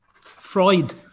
Freud